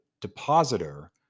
depositor